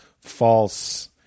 false